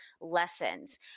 lessons